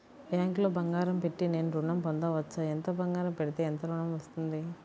బ్యాంక్లో బంగారం పెట్టి నేను ఋణం పొందవచ్చా? ఎంత బంగారం పెడితే ఎంత ఋణం వస్తుంది?